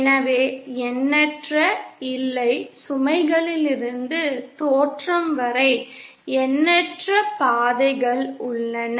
எனவே எண்ணற்ற இல்லை சுமைகளிலிருந்து தோற்றம் வரை எண்ணற்ற பாதைகள் உள்ளன